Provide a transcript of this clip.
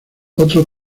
otro